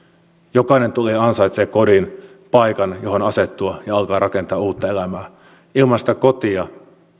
jokainen tulija ansaitsee kodin paikan johon asettua ja alkaa rakentaa uutta elämää ilman sitä kotia